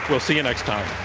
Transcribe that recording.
we'll see you next time.